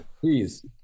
please